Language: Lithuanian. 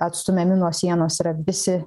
atstumiami nuo sienos yra visi